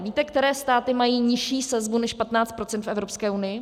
Víte, které státy mají nižší sazbu než 15 % v Evropské unii?